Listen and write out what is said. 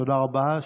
תודה רבה.